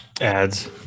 ads